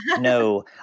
no